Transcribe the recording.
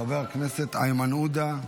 חבר הכנסת איימן עודה.